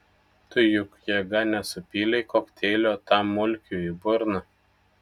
tu juk jėga nesupylei kokteilio tam mulkiui į burną